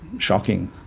shocking.